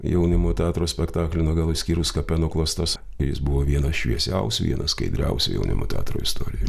jaunimo teatro spektaklių na gal išskyrus kapeno klastas ir jis buvo vienas šviesiausių vienas skaidriausių jaunimo teatro istorijoj